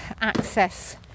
access